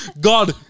God